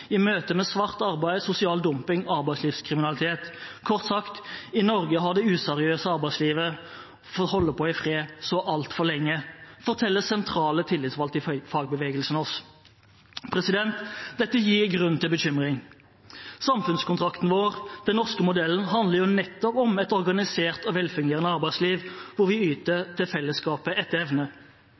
i møtet med svart arbeid, sosial dumping og arbeidslivskriminalitet. Kort sagt: I Norge har det useriøse arbeidslivet fått holde på i fred så altfor lenge. Det forteller sentrale tillitsvalgte i fagbevegelsen oss. Dette gir grunn til bekymring. Samfunnskontrakten vår og den norske modellen handler jo nettopp om et organisert og velfungerende arbeidsliv hvor vi yter til fellesskapet etter evne.